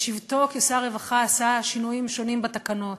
בשבתו כשר רווחה עשה שינויים שונים בתקנות,